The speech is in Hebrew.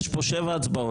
יש כאן שבע הצבעות.